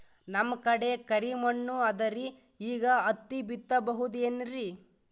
ನಮ್ ಕಡೆ ಕರಿ ಮಣ್ಣು ಅದರಿ, ಈಗ ಹತ್ತಿ ಬಿತ್ತಬಹುದು ಏನ್ರೀ?